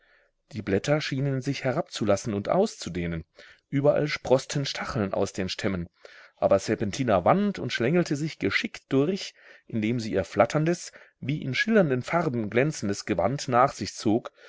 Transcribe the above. die blätter schienen sich herabzulassen und auszudehnen überall sproßten stacheln aus den stämmen aber serpentina wand und schlängelte sich geschickt durch indem sie ihr flatterndes wie in schillernden farben glänzendes gewand nach sich zog